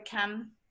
come